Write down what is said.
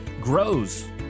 grows